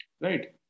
Right